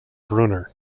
brunner